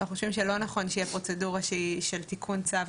אנחנו חושבים שלא נכון שתהיה פרוצדורה שהיא של תיקון צו,